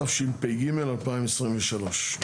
התשפ"ג-2023.